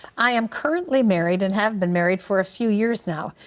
i am currently married and have been married for a few years now.